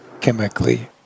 Chemically